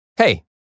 Hey